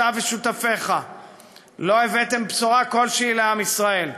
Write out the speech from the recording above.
אתה ושותפיך לא הבאתם בשורה כלשהי לעם ישראל.